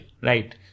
right